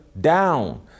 down